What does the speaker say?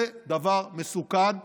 זה דבר מסוכן,